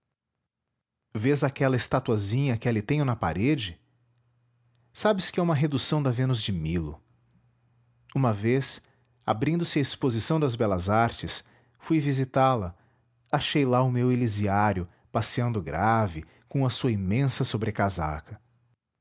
vês aquela estatuazinha que ali tenho na parede sabes que é uma redução da vênus de milo uma vez abrindo-se a exposição das belas artes fui visitá-la achei lá o meu elisiário passeando grave com a sua imensa